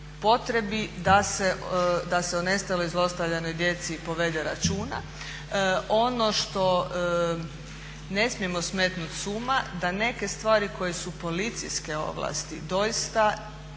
potrebi da se o nestaloj i zlostavljanoj djeci povede računa. Ono što ne smijemo smetnuti s uma da neke stvari koje su policijske ovlasti doista u